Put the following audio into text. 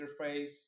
interface